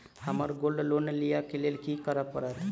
हमरा gold loan लिय केँ लेल की करऽ पड़त?